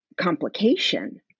complication